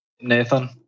Nathan